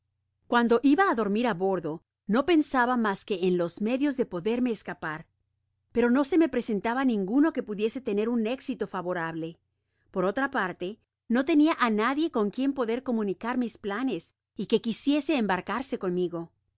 cuando iba á dormir á bordo no pensaba mas que en los medios de poderme escapar pero no me se presentaba ninguno que pudiese tener un éxito favorable por otra parte no tenia á nadie con quien poder comunicar mis planes y que quisiese embarcarse conmigo